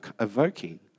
evoking